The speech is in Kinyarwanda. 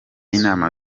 inama